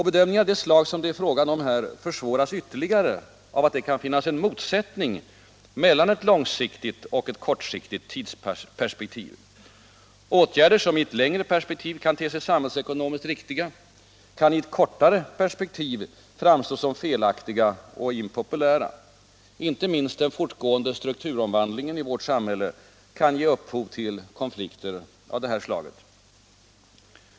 Bedömningar av det slag som det är fråga om här försvåras ytterligare av att det kan finnas en motsättning mellan ett långsiktigt och ett kortsiktigt tidsperspektiv. Åtgärder som i ett längre perspektiv kan te sig samhällsekonomiskt riktiga kan i ett kortare perspektiv framstå som felaktiga och impopulära. Inte minst den fortgående strukturomvandlingen i vårt samhälle kan ge upphov till konflikter av detta slag.